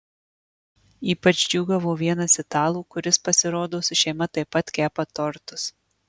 ypač džiūgavo vienas italų kuris pasirodo su šeima taip pat kepa tortus